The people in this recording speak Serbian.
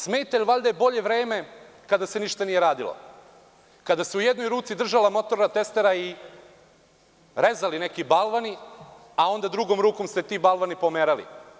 Smeta, jer valjda je bolje vreme kada se ništa nije radilo, kada se u jednoj ruci držala motorna testera i rezali neki balvani, a onda drugom rukom se ti balvani pomerali.